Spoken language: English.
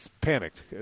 panicked